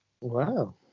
wow